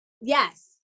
Yes